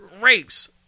rapes